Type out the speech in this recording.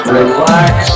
relax